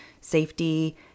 safety